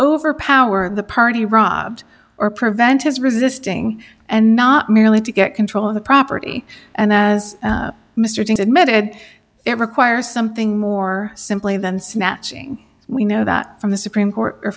overpower the party rob or prevent his resisting and not merely to get control of the property and as mr jones admitted it requires something more simply than snatching we know that from the supreme court or